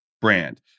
brand